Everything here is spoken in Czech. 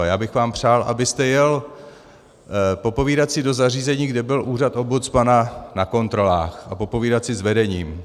A já bych vám přál, abyste jel popovídat si do zařízení, kde byl úřad ombudsmana na kontrolách, a popovídat si s vedením.